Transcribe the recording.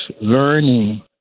learning